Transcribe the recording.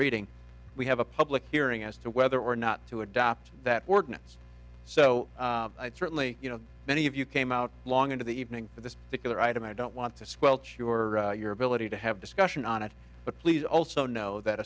reading we have a public hearing as to whether or not to adopt that ordinance so certainly you know many of you came out long into the evening for this particular item i don't want to squelch you or your ability to have discussion on it but please also know that